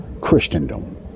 Christendom